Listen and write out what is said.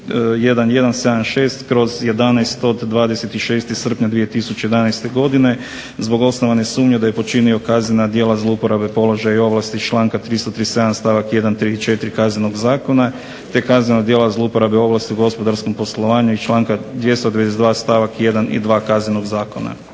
od 26. srpnja 2011. godine, zbog osnovane sumnje da je počinio kaznena djela zlouporabe položaja i ovlasti iz članka 337. stavak 1., 3. i 4. Kaznenog zakona, te kaznena djela zlouporabe ovlasti u gospodarskom poslovanju iz članka 292. stavak 1. i 2. Kaznenog zakona.